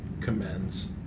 commends